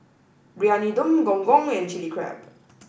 Briyani Dum Gong Gong and chilli Crab